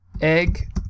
egg